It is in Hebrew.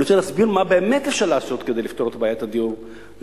אני רוצה להסביר מה באמת אפשר לעשות כדי לפתור את בעיית הדיור לצעירים.